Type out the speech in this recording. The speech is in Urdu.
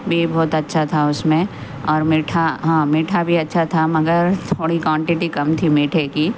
بھی بہت اچھا تھا اس میں اور میٹھا ہاں میٹھا بھی اچھا تھا مگر تھوڑی کونٹٹی کم تھی میٹھے کی